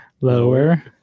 Lower